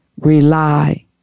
rely